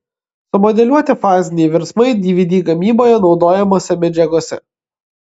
sumodeliuoti faziniai virsmai dvd gamyboje naudojamose medžiagose